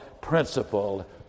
principle